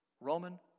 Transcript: Roman